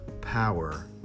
power